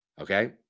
okay